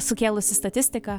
sukėlusi statistika